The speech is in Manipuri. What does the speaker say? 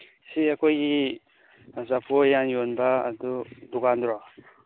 ꯁꯤ ꯑꯩꯈꯣꯏꯒꯤ ꯆꯐꯨ ꯎꯌꯥꯟ ꯌꯣꯟꯕ ꯑꯗꯨ ꯗꯨꯀꯥꯟꯗꯨꯔꯣ